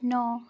ନଅ